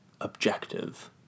objective